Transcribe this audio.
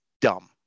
dumb